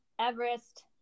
Everest